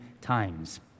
times